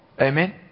Amen